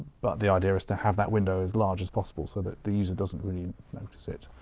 but the idea is to have that window as large as possible, so that the user doesn't really notice it,